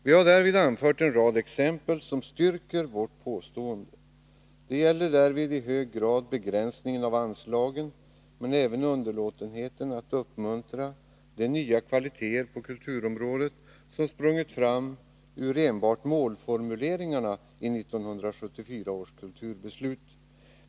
Vi har därvid anfört en rad exempel som styrker vårt påstående. Det gäller i hög grad begränsningen av anslagen, men även underlåtenheten att uppmuntra de nya kvaliteter på kulturområdet som sprungit fram ur enbart målformuleringarna i 1974 års kulturbeslut.